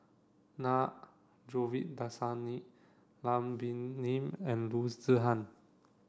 Na Govindasamy Lam Pin Min and Loo Zihan